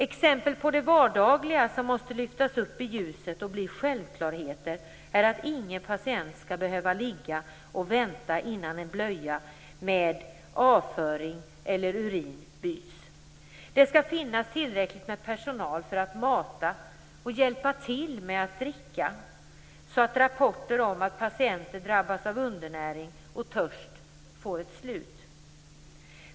Exempel på det vardagliga som måste lyftas upp i ljuset och bli självklarheter är att ingen patient skall behöva ligga och vänta innan en blöja med avföring eller urin byts. Det skall finnas tillräckligt med personal för att mata och hjälpa till med att dricka, så att rapporter om att patienter drabbas av undernäring och törst får ett slut.